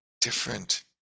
different